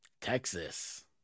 Texas